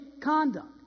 conduct